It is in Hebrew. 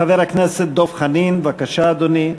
חבר הכנסת דב חנין, בבקשה, אדוני.